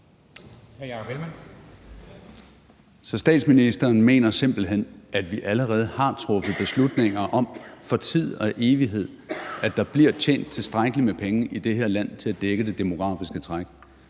statsministeren mener simpelt hen, at vi allerede har truffet beslutninger om for tid og evighed, at der bliver tjent tilstrækkeligt med penge i det her land til at dække det demografiske træk?